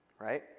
Right